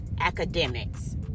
academics